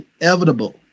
inevitable